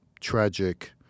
tragic